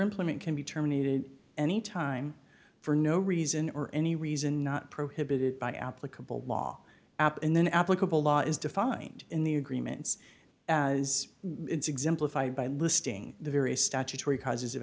employment can be terminated any time for no reason or any reason not prohibited by applicable law apin then applicable law is defined in the agreements as exemplified by listing the various statutory causes of